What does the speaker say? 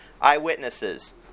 Eyewitnesses